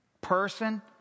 person